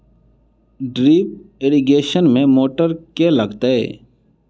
Drip irrigation मे motor केँ लागतै?